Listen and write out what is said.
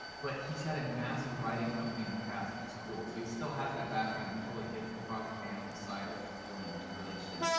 but he's had a massive writing company in the past, which is cool. so he still has that background and totally gets the project management side of fulfilling, which is really interesting.